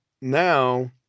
now